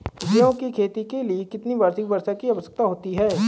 गेहूँ की खेती के लिए कितनी वार्षिक वर्षा की आवश्यकता होती है?